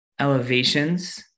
elevations